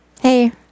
hey